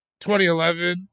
2011